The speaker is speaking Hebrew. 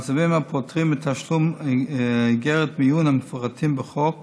המצבים הפוטרים מתשלום אגרת מיון מפורטים בחוק